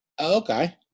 Okay